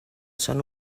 són